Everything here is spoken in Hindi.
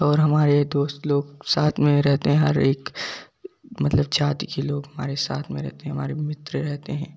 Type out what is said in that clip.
और हमारे दोस्त लोग साथ में ही रहते हैं हर एक मतलब जाति के लोग हमारे साथ में रहते है हमारे मित्र रहते हैं